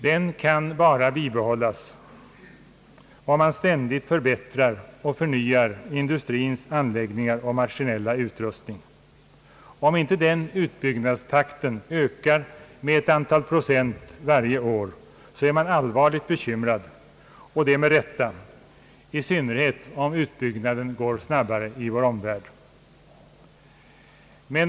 Den kan bara bibehållas om man ständigt förbättrar och förnyar industrins anläggningar och maskinella utrustning. Om inte den utbyggnadstakten ökar med ett antal procent varje år, så är man allvarligt bekymrad, och det med rätta, i synnerhet om utbyggnaden går snabbare i vår omvärld.